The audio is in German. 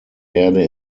erde